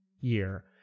year